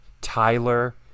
Tyler